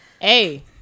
Hey